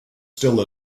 still